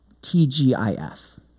TGIF